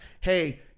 Hey